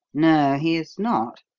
no, he is not.